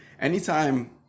Anytime